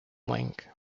link